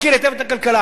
מכיר היטב כלכלה,